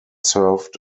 served